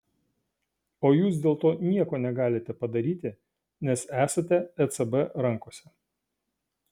o jūs dėl to nieko negalite padaryti nes esate ecb rankose